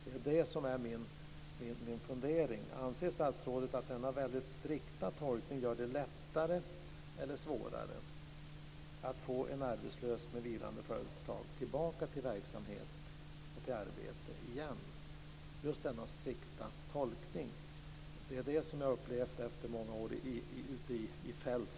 Det är det som är min fundering: Anser statsrådet att denna väldigt strikta tolkning gör det lättare eller svårare att få en arbetslös med vilande företag tillbaka till verksamhet och till arbete igen? Det är just denna strikta tolkning som jag har upplevt som besvärande efter många år ute i fält.